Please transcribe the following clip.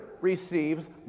receives